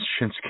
shinsuke